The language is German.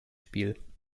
spiel